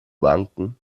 banken